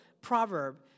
proverb